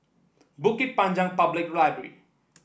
Bukit Panjang Public Library